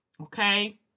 Okay